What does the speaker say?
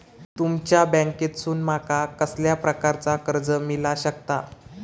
तुमच्या बँकेसून माका कसल्या प्रकारचा कर्ज मिला शकता?